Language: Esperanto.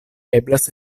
eblas